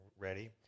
Ready